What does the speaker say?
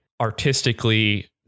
artistically